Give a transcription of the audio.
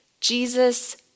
Jesus